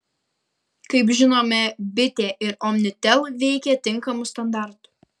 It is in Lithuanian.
kaip žinome bitė ir omnitel veikia tinkamu standartu